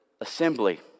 assembly